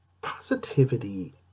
Positivity